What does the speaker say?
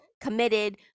committed